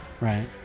Right